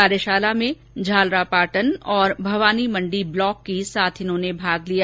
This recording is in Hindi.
कार्यशाला झालरापाटन और भवानीमंडी ब्लॉक की साथिनों ने भाग लिया